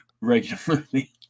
regularly